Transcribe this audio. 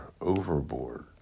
overboard